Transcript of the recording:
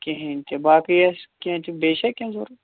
کِہیٖنۍ تہِ باقٕے یہِ آسہِ کیٚنٛہہ تہِ بیٚیہِ چھا کیٚنٛہہ ضوٚرتھ